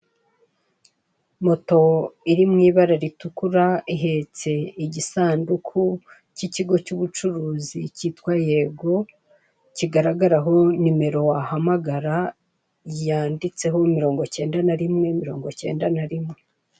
Moto iri mw'ibara ritukura ihetse igisanduku cy'ikigo cy'ubucuruzi cyitwa YEGO, kigaragaraho nimero wahamagara yanditseho mirongo cyenda na rimwe, mirongo cyenda na rimwe.